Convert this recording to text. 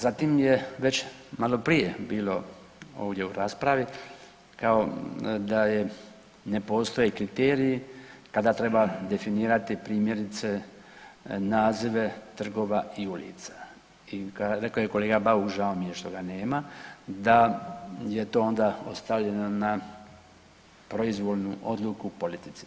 Zatim je već maloprije bilo ovdje u raspravi kao da je ne postoje kriteriji kada treba definirati, primjerice nazive trgova i ulica i rekao je kolega Bauk, žao mi je što ga nema, da je to onda ostavljeno na proizvoljnu odluku politici.